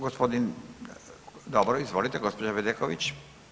Gospodin, dobro izvolite gospođa Bedeković.